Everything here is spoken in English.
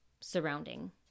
surrounding